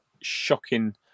shocking